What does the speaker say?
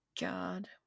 God